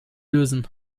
lösen